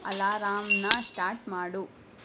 ಅಲಾರಾಂನ start ಮಾಡು